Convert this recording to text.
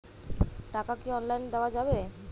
টাকা কি অনলাইনে দেওয়া যাবে?